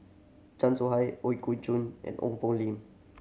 Chan Soh Ha Ooi Kok Chuen and Ong Poh Lim